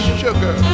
sugar